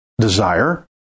desire